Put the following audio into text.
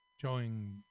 showing